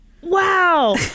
Wow